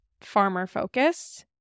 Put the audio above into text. farmer-focused